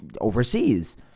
overseas